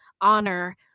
honor